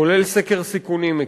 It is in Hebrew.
כולל סקר סיכונים מקיף.